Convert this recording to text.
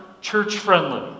church-friendly